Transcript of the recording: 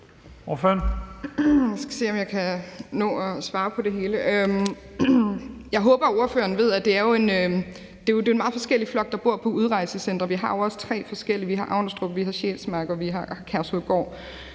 Jeg håber, at ordføreren ved, at det jo er en meget forskellig flok, der bor på udrejsecentrene. Vi har jo tre forskellige: Vi har Avnstrup, vi har Sjælsmark, og vi har Kærshovedgård.